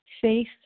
faith